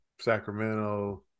Sacramento